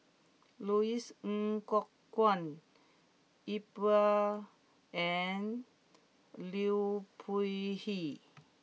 Louis Ng Kok Kwang Iqbal and Liu Peihe